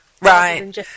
right